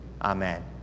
Amen